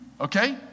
okay